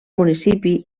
municipi